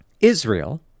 Israel—